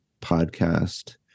podcast